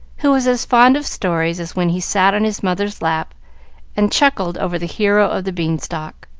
who was as fond of stories as when he sat in his mother's lap and chuckled over the hero of the beanstalk.